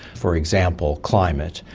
for example climate,